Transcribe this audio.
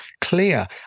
clear